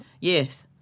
Yes